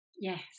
Yes